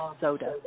soda